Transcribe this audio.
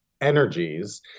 energies